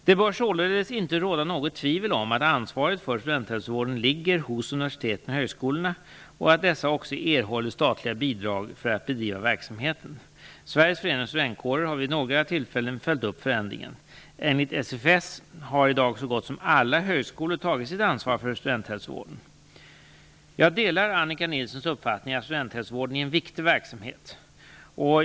Det bör således inte råda något tvivel om att ansvaret för studenthälsovården ligger hos universiteten och högskolorna och att dessa också erhåller statliga bidrag för att bedriva verksamheten. Sveriges Förenade Studentkårer har vid några tillfällen följt upp förändringen. Enligt SFS har i dag så gott som alla högskolor tagit sitt ansvar för studenthälsovården. Jag delar Annika Nilssons uppfattning att studenthälsovården är en viktig verksamhet.